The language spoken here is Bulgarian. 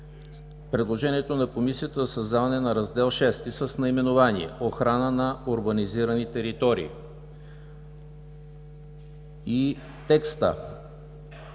предложението на Комисията за създаване на Раздел VІ с наименование „Охрана на урбанизирани територии“ и текста